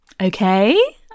Okay